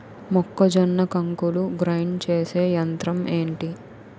మొక్కజొన్న కంకులు గ్రైండ్ చేసే యంత్రం ఏంటి?